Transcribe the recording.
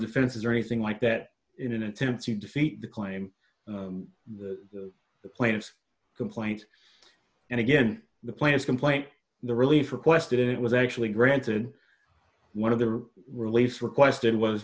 defenses or anything like that in an attempt to defeat the claim the plaintiff complaint and again the plants complaint the relief requested it was actually granted one of the or relief requested was